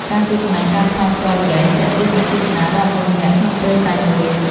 ការទស្សនាការផ្សាយផ្ទាល់ហ្គេម ទាក់ទាញអ្នកទស្សនារាប់ម៉ឺននាក់ក្នុងពេលតែមួយ។